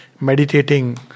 meditating